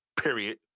period